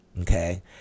Okay